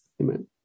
Amen